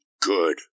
good